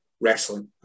wrestling